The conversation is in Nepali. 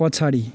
पछाडि